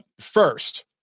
First